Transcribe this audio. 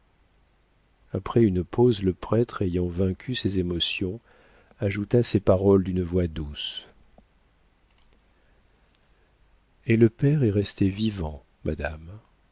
après une pause le prêtre ayant vaincu ses émotions ajouta ces paroles d'une voix douce et le père est resté vivant madame